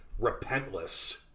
Repentless